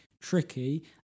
tricky